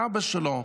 אבא שלו.